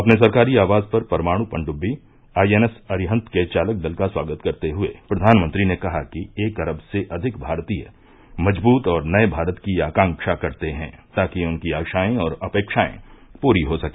अपने सरकारी आवास पर परमाणु पनडुबी आईएनएस अरिहंत के चालक दल का स्वागत करते हुए प्रधानमंत्री ने कहा कि एक अरब से अधिक भारतीय मजबूत और नए भारत की आकांक्षा करते हैं ताकि उनकी आशाएं और अपेक्षाएं पूरी हो सके